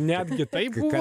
netgi taip buvo